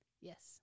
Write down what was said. Yes